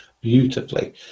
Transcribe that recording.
beautifully